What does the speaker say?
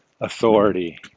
authority